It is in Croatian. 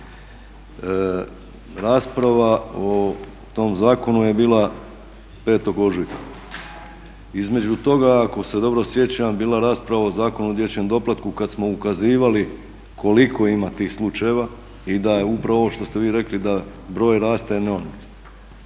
Rasprava o tom zakonu je bila 5. ožujka. Između toga ako se dobro sjećam je bila rasprava o Zakonu o dječjem doplatku kad smo ukazivali koliko ima tih slučajeva i da je upravo ovo što ste vi rekli da broj raste ….